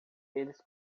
eles